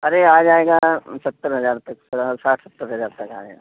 ارے آ جائیے گا ستّر ہزار تک ساٹھ ستّر ہزار تک آئے گا